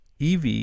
EV